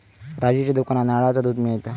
राजूच्या दुकानात नारळाचा दुध मिळता